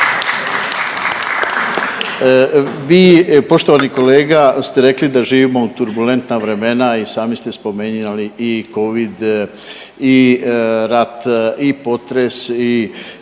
Vi poštovani kolega ste rekli da živimo u turbulentna vremena i sami ste spominjali i Covid i rat i potres i